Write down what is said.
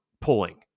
pulling